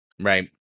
Right